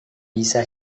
bisa